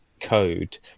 code